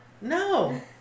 No